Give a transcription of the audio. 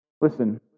listen